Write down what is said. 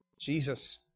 Jesus